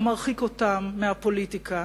אתה מרחיק אותם מהפוליטיקה,